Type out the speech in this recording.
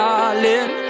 Darling